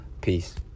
Peace